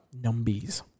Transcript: Numbies